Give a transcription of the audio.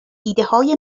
ایدههای